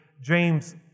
James